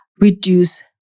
reduce